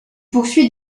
poursuit